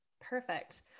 Perfect